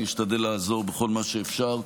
אני אשתדל לעזור בכל מה שאפשר,